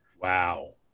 Wow